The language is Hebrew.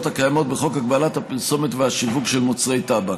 הקיימות בחוק הגבלת הפרסומת והשיווק של מוצרי טבק.